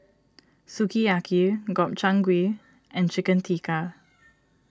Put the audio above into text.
Sukiyaki Gobchang Gui and Chicken Tikka